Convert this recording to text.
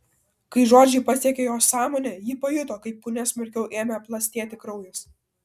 kai žodžiai pasiekė jos sąmonę ji pajuto kaip kūne smarkiau ėmė plastėti kraujas